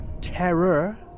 Terror